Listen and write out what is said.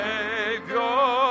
Savior